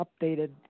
updated